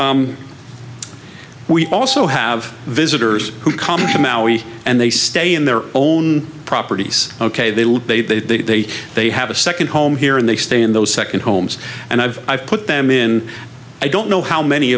we also have visitors who come to maui and they stay in their own properties ok they live they they they they have a second home here and they stay in those second homes and i've i've put them in i don't know how many